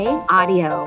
Audio